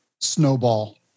snowball